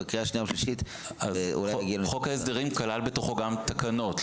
בקריאה שנייה ושלישית --- חוק ההסדרים כלל בתוכו גם תקנות,